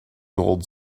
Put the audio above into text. gold